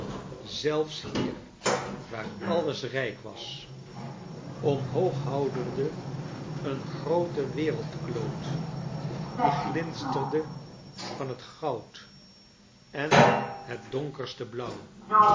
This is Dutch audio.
rijken zelfshier waar alles rijk was omhoog houdende een grooten wereldkloot die glinsterde van het goud en het donkerste blauw